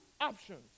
options